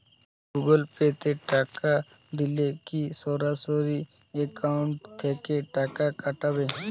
Google Pay তে টাকা দিলে কি সরাসরি অ্যাকাউন্ট থেকে টাকা কাটাবে?